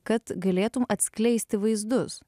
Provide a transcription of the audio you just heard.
kad galėtum atskleisti vaizdus